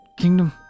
Kingdom